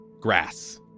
Grass